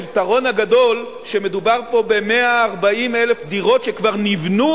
היתרון הגדול הוא שמדובר פה ב-140,000 דירות שכבר נבנו